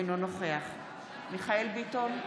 אינו נוכח מיכאל מרדכי ביטון,